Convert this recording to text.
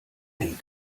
wenn